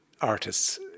artists